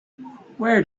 where